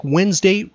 Wednesday